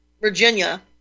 Virginia